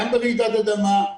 גם ברעידת אדמה,